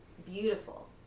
beautiful